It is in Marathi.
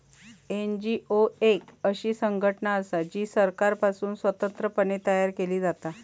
एन.जी.ओ एक अशी संघटना असा जी सरकारपासुन स्वतंत्र पणे तयार केली जाता